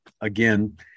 again